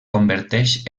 converteix